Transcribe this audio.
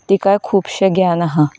तिकाय खुबशें ज्ञान आसा